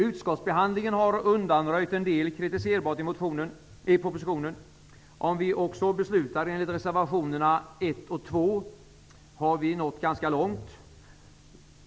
Utskottsbehandlingen har undanröjt en del kritiserbart i propositionen. Om vi också beslutar enligt reservationerna 1 och 2 har vi nått ganska långt.